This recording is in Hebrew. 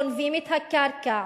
גונבים את הקרקע,